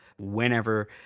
whenever